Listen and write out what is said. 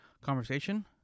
conversation